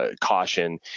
Caution